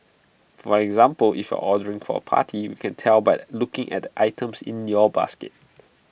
for example if you're ordering for A party we can tell by looking at the items in your basket